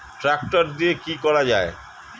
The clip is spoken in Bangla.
ট্রাক্টর দিয়ে কি করা যায়?